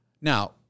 now